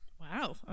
Wow